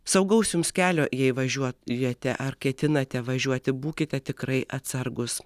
saugaus jums kelio jei važiuo jate ar ketinate važiuoti būkite tikrai atsargūs